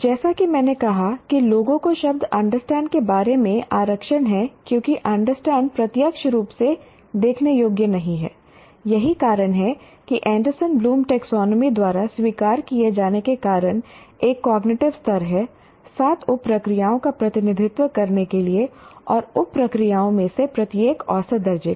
जैसा कि मैंने कहा कि लोगों को शब्द अंडरस्टैंड के बारे में आरक्षण है क्योंकि अंडरस्टैंड प्रत्यक्ष रूप से देखने योग्य नहीं है यही कारण है कि एंडरसन ब्लूम टैक्सोनॉमी द्वारा स्वीकार किए जाने के कारण एक कॉग्निटिव स्तर है सात उप प्रक्रियाओं का प्रतिनिधित्व करने के लिए और उप प्रक्रियाओं में से प्रत्येक औसत दर्जे का